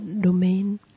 domain